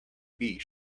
bee